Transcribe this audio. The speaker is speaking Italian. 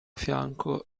fianco